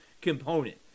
component